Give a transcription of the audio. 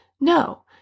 No